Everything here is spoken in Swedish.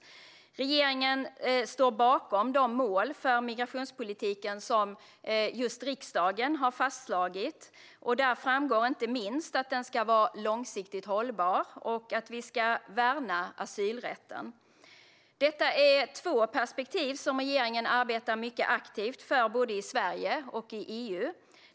Regeringen står bakom de mål för migrationspolitiken som riksdagen har fastslagit. Där framgår inte minst att den ska vara långsiktigt hållbar och att vi ska värna asylrätten. Detta är två perspektiv som regeringen arbetar mycket aktivt för både i Sverige och i EU.